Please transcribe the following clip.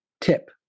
Tip